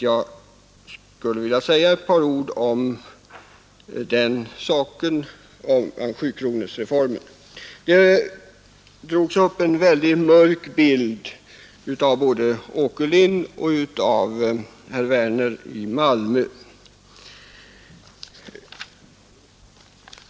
Jag vill säga några ord om sjukronorsreformen. Både herr Åkerlind och herr Werner i Malmö målade upp en mycket mörk bild.